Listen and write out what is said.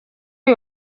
uyu